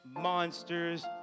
monsters